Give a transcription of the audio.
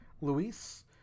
luis